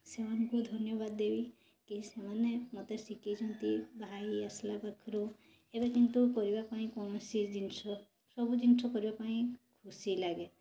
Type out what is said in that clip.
ତ ସେମାନଙ୍କୁ ଧନ୍ୟବାଦ ଦେବି କି ସେମାନେ ମୋତେ ଶିଖେଇଛନ୍ତି ବାହା ହୋଇ ଆସିଲା ପାଖରୁ ଏବେ କିନ୍ତୁ କରିବା ପାଇଁ କୌଣସି ଜିନିଷ ସବୁ ଜିନିଷ କରିବା ପାଇଁ ଖୁସି ଲାଗେ